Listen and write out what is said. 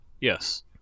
Yes